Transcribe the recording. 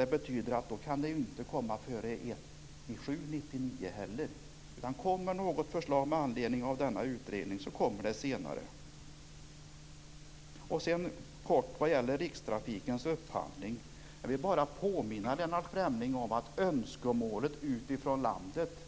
Det betyder att det inte kan ske något före den 1 juli 1999. Om något förslag kommer med anledning av denna utredning kommer det senare. När det gäller rikstrafikens upphandling vill jag bara påminna Lennart Fremling om att önskemålet utifrån landet